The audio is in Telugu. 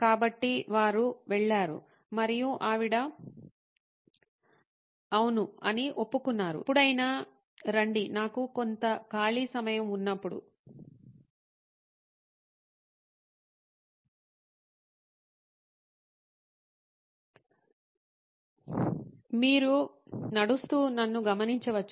కాబట్టి వారు వెళ్ళారు మరియు ఆవిడ అవును అని ఒప్పుకున్నారు ఎప్పుడైనా రండి నాకు కొంత ఖాళీ సమయం ఉన్నప్పుడు మీరు నడుస్తూ నన్ను గమనించవచ్చు